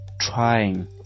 trying